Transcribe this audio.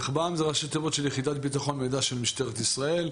יחב"מ זה ראשי תיבות של יחידת ביטחון מידע של משטרת ישראל.